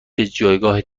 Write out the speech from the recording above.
جایگاه